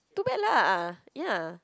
too bad lah ya